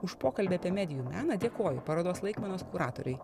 už pokalbį apie medijų meną dėkoju parodos laikmenos kuratoriui